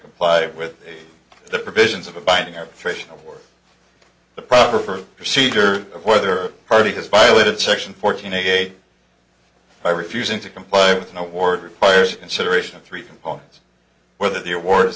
comply with the provisions of a binding arbitration or the proper for procedure of whether a party has violated section fourteen eight by refusing to comply with an award requires consideration of three components whether the awards